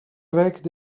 weekend